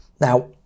Now